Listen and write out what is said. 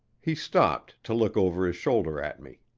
he stopped to look over his shoulder at me.